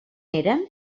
eren